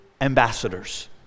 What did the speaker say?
ambassadors